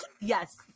Yes